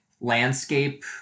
landscape